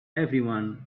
everyone